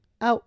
Out